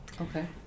Okay